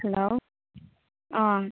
hello ꯑꯥ